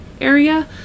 Area